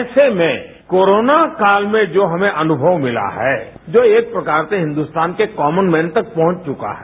ऐसे में कोरोना काल में जो हमें अनुभव मिला है जो एक प्रकार से हिन्दुस्तान के कॉमन मेन तक पहुंच चुका है